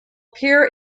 appear